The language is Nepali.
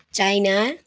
चाइना